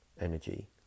energy